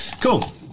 Cool